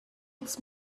its